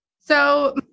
So-